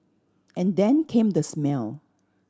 and then came the smell